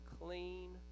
clean